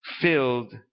filled